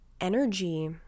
energy